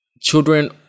Children